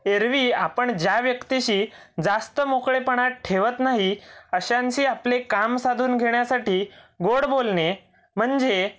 एरवी आपण ज्या व्यक्तीशी जास्त मोकळेपणा ठेवत नाही अशांशी आपले काम साधून घेण्यासाठी गोड बोलणे म्हणजे